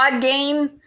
game